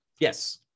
Yes